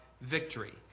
victory